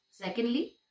Secondly